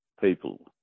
people